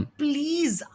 please